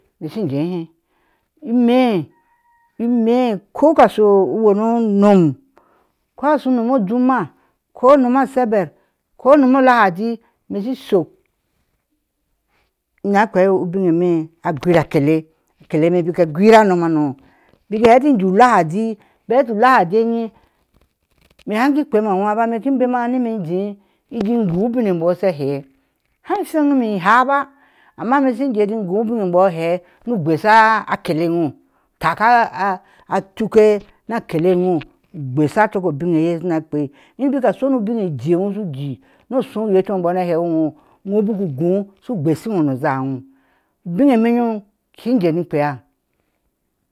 Shig jaber umreeh imeeh ko go sha u wano umon ko ga sho unom o ujummaa, ko unom asabar, ko unom lahadi ime shi isbuk in na kpea ubim emeeh a gwira a kele akele me bik a gwira unomhano bik inheti inlo uladi, bik hetu lahadi anyi ime haki kpeme awaa ba me ki bama nimeenshoo jee ingoo ubin abɔɔ sha he han fanme ihaa ba, amma mee shiŋ jee jiŋ swe ubin a bee ahe nu usbesha akele onye utakea tuke na akele inyɔɔ u gbeshe coko ubine e onhu shi na kpea, in bik a shuunɔɔ ubin a jii a whoi shuje ayee cs me bɔɔ sha na heehi wɔo wɔ bik ugoo shu gbesshiɔɔ ne zgɔɔ ubim a me yim kin jeni kpea